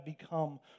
become